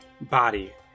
body